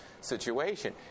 situation